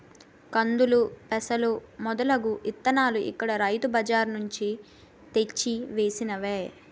కందులు, పెసలు మొదలగు ఇత్తనాలు ఇక్కడ రైతు బజార్ నుంచి తెచ్చి వేసినవే